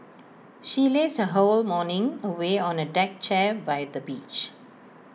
she lazed her whole morning away on A deck chair by the beach